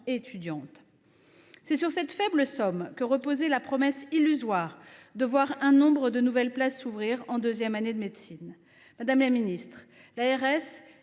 et étudiantes. C’est sur cette faible somme que reposait la promesse illusoire de voir s’ouvrir de nouvelles places en deuxième année de médecine. Madame la ministre, l’ARS